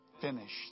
finished